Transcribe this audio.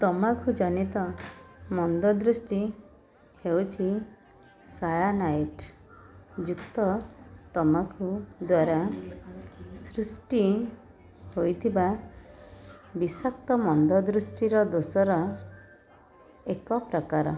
ତମାଖୁ ଜନିତ ମନ୍ଦଦୃଷ୍ଟି ହେଉଛି ସାୟାନାଇଡ଼୍ ଯୁକ୍ତ ତମାଖୁ ଦ୍ୱାରା ସୃଷ୍ଟି ହୋଇଥିବା ବିଷାକ୍ତ ମନ୍ଦଦୃଷ୍ଟିର ଦୋଷର ଏକ ପ୍ରକାର